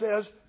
says